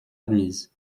admises